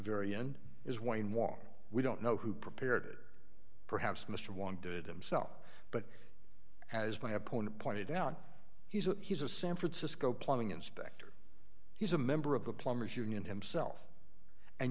very end is one more we don't know who prepared perhaps mr wanted himself but as my opponent pointed out he's a he's a san francisco plumbing inspector he's a member of the plumbers union himself and